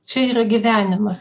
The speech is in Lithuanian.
čia yra gyvenimas